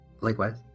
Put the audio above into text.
Likewise